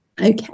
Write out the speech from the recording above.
Okay